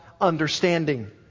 understanding